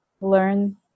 learn